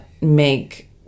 make